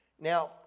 Now